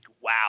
wow